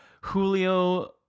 Julio